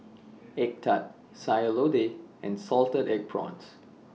Egg Tart Sayur Lodeh and Salted Egg Prawns